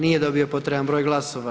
Nije dobio potreban broj glasova.